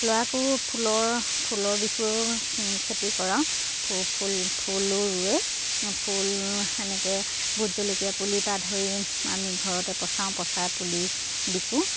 ল'ৰাকো ফুলৰ ফুলৰ বিষয়েও খেতি কৰাওঁ ফুল ফুলো ৰুৱে ফুল এনেকে ভোট জলকীয়া পুলি পা ধৰি আমি ঘৰতে পচাওঁ পচাই পুলি বিকো